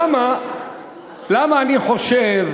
למה אני חושב